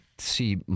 see